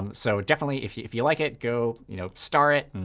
um so definitely, if you if you like it, go you know star it, and